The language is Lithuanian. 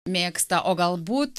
mėgsta o galbūt